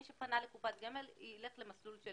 מי שפנה לקופת גמל יישאר במסלול של